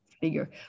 figure